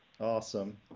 Awesome